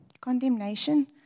condemnation